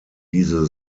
diese